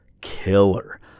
killer